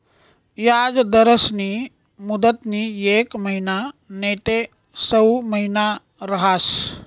याजदरस्नी मुदतनी येक महिना नैते सऊ महिना रहास